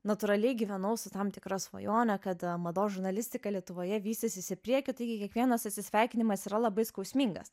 natūraliai gyvenau su tam tikra svajone kad mados žurnalistika lietuvoje vystysis į priekį taigi kiekvienas atsisveikinimas yra labai skausmingas